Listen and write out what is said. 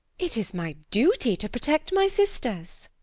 it is my duty to protect my sisters.